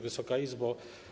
Wysoka Izbo!